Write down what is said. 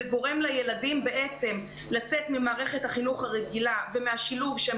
זה גורם לילדים בעצם לצאת ממערכת החינוך הרגילה ומהשילוב שהם